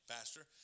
Pastor